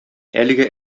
әлеге